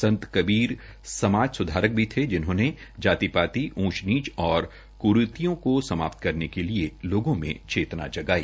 संत कबीर समाज सुधारक भी थे जिन्होंने जाति पाति ऊंच नीच और कुरीतियों को समाप्त करने के लिए लोगों में चेतना जताई